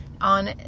on